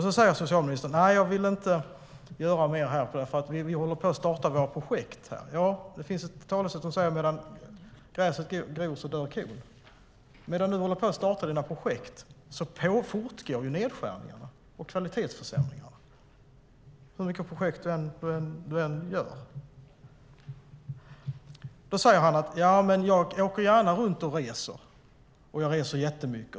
Så säger socialministern: Nej, jag vill inte göra mer, för vi håller på att starta våra projekt. Det finns ett talesätt som säger att medan gräset gror dör kon. Medan du håller på att starta dina projekt fortgår nedskärningarna och kvalitetsförsämringarna, hur många projekt du än startar. Vidare säger ministern: Jag åker gärna runt och reser, och jag reser jättemycket.